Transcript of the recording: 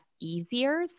easier